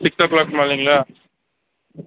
six o'clock மேலேங்களா